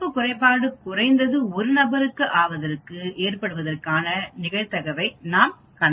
பிறப்பு குறைபாடு குறைந்தது 1 நபருக்கு ஆவது ஏற்படுவதற்கான நிகழ்தகவை நாம் கணக்கிடலாம்